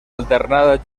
alternada